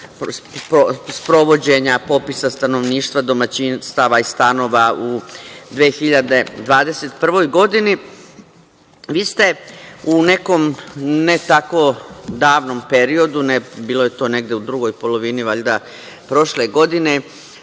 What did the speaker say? sprovođenja popisa stanovništva, domaćinstava i stanova u 2021. godini. Vi ste u nekom ne tako davnom periodu, bilo je to u drugoj polovini prošle godine,